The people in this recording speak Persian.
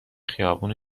خیابون